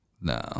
no